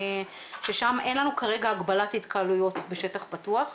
ששם אין לנו כרגע הגבלת התקהלויות בשטח פתוח,